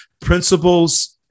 Principles